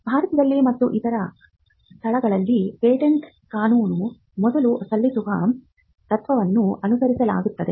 ಭಾರತದಲ್ಲಿ ಮತ್ತು ಇತರ ಸ್ಥಳಗಳಲ್ಲಿನ ಪೇಟೆಂಟ್ ಕಾನೂನು ಮೊದಲು ಸಲ್ಲಿಸುವ ತತ್ವವನ್ನು ಅನುಸರಿಸಲಾಗುತ್ತದೆ